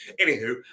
anywho